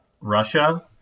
Russia